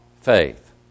faith